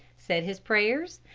said his prayers,